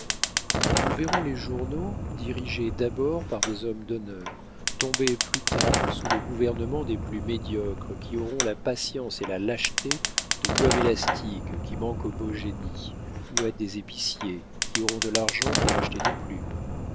nous verrons les journaux dirigés d'abord par des hommes d'honneur tomber plus tard sous le gouvernement des plus médiocres qui auront la patience et la lâcheté de gomme élastique qui manquent aux beaux génies ou à des épiciers qui auront de l'argent pour acheter des plumes